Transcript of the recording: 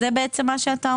זה מה שאתה אומר?